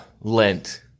Lent